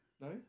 No